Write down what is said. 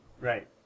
Right